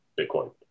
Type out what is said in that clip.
Bitcoin